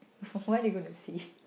what you gonna see